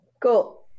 Cool